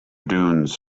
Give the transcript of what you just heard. dunes